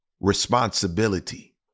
responsibility